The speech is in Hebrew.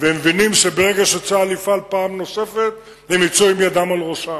והם מבינים שברגע שצה"ל יפעל פעם נוספת הם יצאו וידיהם על ראשם.